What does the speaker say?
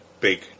big